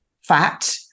fat